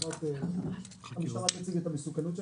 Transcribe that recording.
המשטרה תציג את המסוכנות.